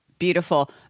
Beautiful